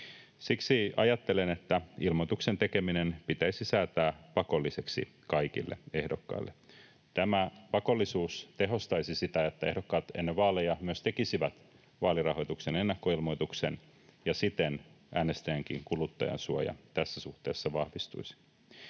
Siksi ajattelen, että ilmoituksen tekeminen pitäisi säätää pakolliseksi kaikille ehdokkaille. Tämä pakollisuus tehostaisi sitä, että ehdokkaat ennen vaaleja myös tekisivät vaalirahoituksen ennakkoilmoituksen, ja siten äänestäjienkin kuluttajansuoja tässä suhteessa vahvistuisi.